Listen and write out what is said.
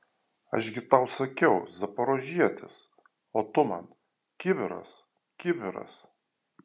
aš gi tau sakiau zaporožietis o tu man kibiras kibiras